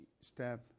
step